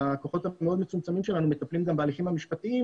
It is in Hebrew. בכוחות המאוד מצומצמים שלנו מטפלים גם בהליכים המשפטיים